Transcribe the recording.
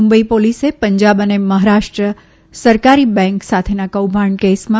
મુંબઇ પોલીસે પંજાબ અને મહારાષ્ટ્ર સહકારી બેન્ક સાથેના કૌભાંડ કેસમાં